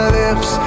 lips